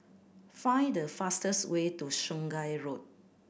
find the fastest way to Sungei Road